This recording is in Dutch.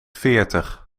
veertig